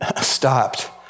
stopped